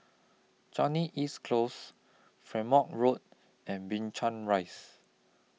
Changi East Close Road and Binchang Rise